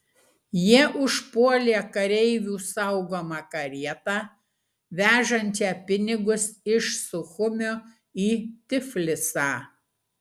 jie užpuolė kareivių saugomą karietą vežančią pinigus iš suchumio į tiflisą